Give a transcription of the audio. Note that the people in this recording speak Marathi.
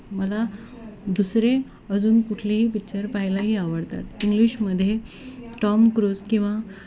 मला दुसरे अजून कुठलेही पिक्चर पाहायलाही आवडतात इंग्लिशमध्ये टॉम क्रूज किंवा